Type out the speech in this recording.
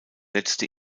letzte